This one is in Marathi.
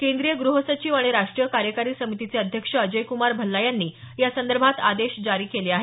केंद्रीय गृहसचिव आणि राष्ट्रीय कार्यकारी समितीचे अध्यक्ष अजयक्रमार भल्ला यांनी यासंदर्भात आदेश जारी केले आहेत